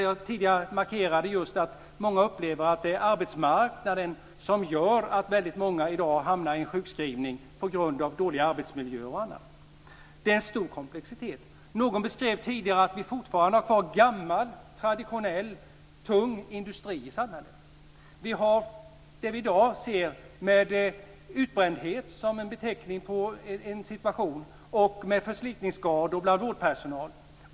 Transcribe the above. Jag markerade tidigare att många upplever att det är arbetsmarknaden, dåliga arbetsmiljöer osv., som gör att många sjukskrivs. Det är mycket komplext. Någon beskrev tidigare att vi fortfarande har kvar gammal, traditionell tung industri i samhället. I dag finns beteckningen utbrändhet och förslitningsskador bland vårdpersonal.